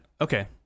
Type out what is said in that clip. okay